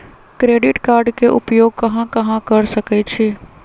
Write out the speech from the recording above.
Credit card के उपयोग कहां कहां कर सकईछी?